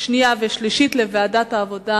שנייה ושלישית בוועדת העבודה,